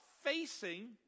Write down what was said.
facing